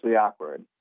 awkward